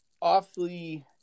awfully